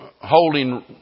holding